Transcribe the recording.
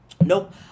Nope